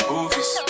Movies